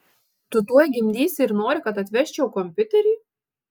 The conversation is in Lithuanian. tu tuoj gimdysi ir nori kad atvežčiau kompiuterį